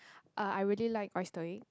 uh I really like oyster egg